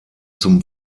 zum